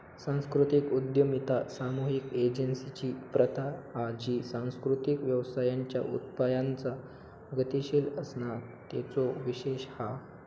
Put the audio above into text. सांस्कृतिक उद्यमिता सामुहिक एजेंसिंची प्रथा हा जी सांस्कृतिक व्यवसायांच्या उपायांचा गतीशील असणा तेचो विशेष हा